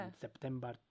September